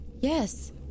Yes